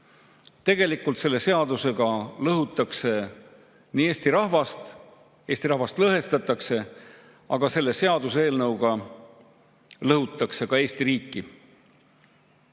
Tegelikult selle seadusega lõhutakse Eesti rahvast, Eesti rahvast lõhestatakse, aga selle seaduseelnõuga lõhutakse ka Eesti riiki.